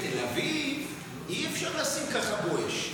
בתל אביב אי-אפשר לשים ככה בואש.